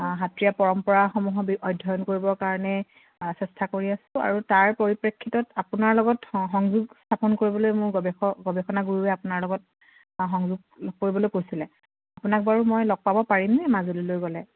সত্ৰীয়া পৰম্পৰাসমূহ অধ্যয়ন কৰিবৰ কাৰণে চেষ্টা কৰি আছোঁ আৰু তাৰ পৰিপ্ৰেক্ষিতত আপোনাৰ লগত সংযোগ স্থাপন কৰিবলৈ মোৰ গৱেষ গৱেষণা গুৰুৱে আপোনাৰ লগত সংযোগ কৰিবলৈ কৈছিলে আপোনাক বাৰু মই লগ পাব পাৰিমনে মাজুলীলৈ গ'লে